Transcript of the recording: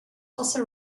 also